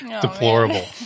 deplorable